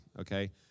okay